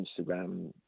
Instagram